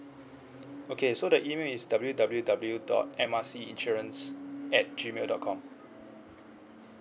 okay so the email is W W W dot M R C insurance at G mail dot com